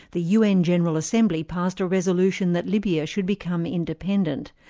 the un general assembly passed a resolution that libya should become independent,